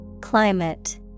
Climate